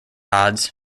odds